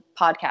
podcast